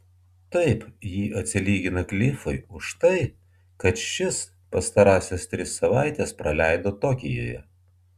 taip ji atsilygina klifui už tai kad šis pastarąsias tris savaites praleido tokijuje